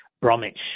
Bromwich